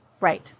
Right